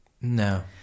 No